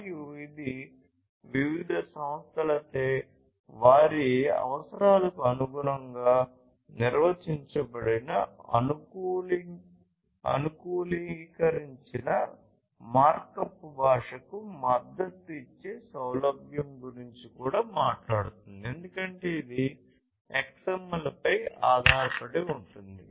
మరియు ఇది వివిధ సంస్థలచే వారి అవసరాలకు అనుగుణంగా నిర్వచించబడిన అనుకూలీకరించిన మార్కప్ భాషకు మద్దతు ఇచ్చే సౌలభ్యం గురించి కూడా మాట్లాడుతుంది ఎందుకంటే ఇది XML పై ఆధారపడి ఉంటుంది